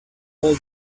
all